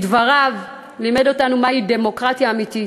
באמת, בדבריו הוא לימד אותנו מהי דמוקרטיה אמיתית.